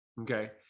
Okay